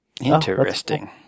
Interesting